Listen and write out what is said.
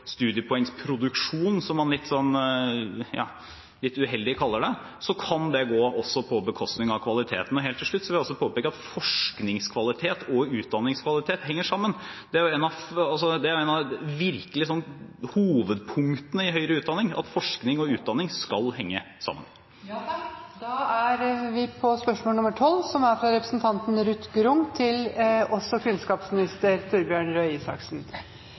som man litt uheldig kaller det, kan det også gå på bekostning av kvaliteten. Helt til slutt vil jeg påpeke at forskningskvalitet og utdanningskvalitet henger sammen. Det er jo virkelig et av hovedpunktene i høyere utdanning: at forskning og utdanning skal henge sammen. «Høyskoler har bidratt til å styrke profesjonsutdanningene ved bl.a. å øke antall professorer og en offensiv satsing på praksisnær forskning. Det logiske for Vestlandet er